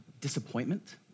disappointment